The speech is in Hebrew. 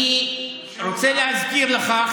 אני רוצה להזכיר לך,